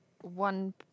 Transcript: one